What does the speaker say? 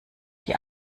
die